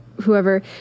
whoever